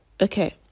okay